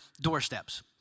doorsteps